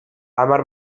hamar